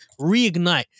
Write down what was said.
reignite